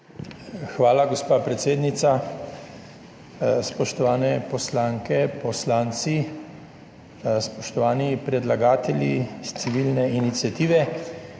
Hvala, gospa predsednica. Spoštovane poslanke, poslanci, spoštovani predlagatelji iz civilne iniciative!